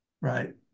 right